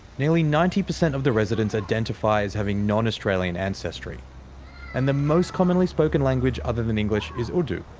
nearly ninety percent of the residents identify as having non-australian ancestry and the most commonly spoken language other than english is urdu,